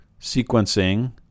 sequencing